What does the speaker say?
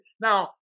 Now